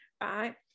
right